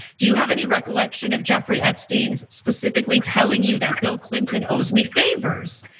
do you have any recollection of jeffrey epstein's specifically telling you that bill clinton owes me favors.